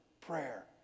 prayer